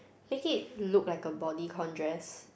make it look like a bodycon dress